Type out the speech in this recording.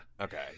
okay